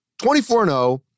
24-0